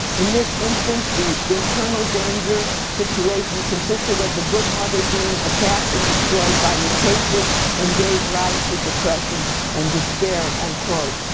in this instance the internal danger situation consisted of the good mother being attacked and destroyed by his hatred and gave rise to depression and despair. unquote.